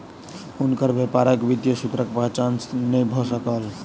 हुनकर व्यापारक वित्तीय सूत्रक पहचान नै भ सकल